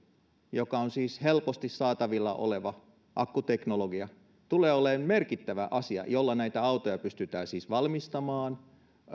joka on siis helposti saatavilla oleva akkuteknologia tulee olemaan merkittävä asia jolla näitä autoja pystytään valmistamaan